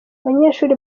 abanyeshuri